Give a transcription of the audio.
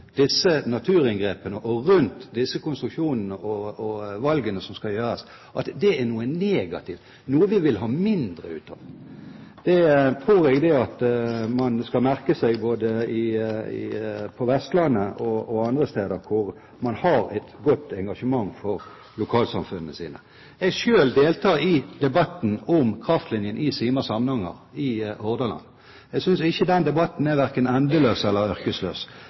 disse naturinngrepene og rundt disse konstruksjonene og valgene som skal gjøres, er noe negativt, noe vi vil ha mindre av. Det tror jeg man skal merke seg både på Vestlandet og andre steder, hvor man har et godt engasjement for lokalsamfunnene sine. Jeg deltar selv i debatten om kraftlinjen Sima–Samnanger i Hordaland. Jeg synes ikke den debatten verken er endeløs eller